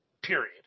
Period